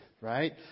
Right